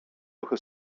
ruchy